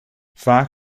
vaak